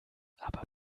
aber